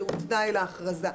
שהוא תנאי להכרזה.